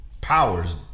powers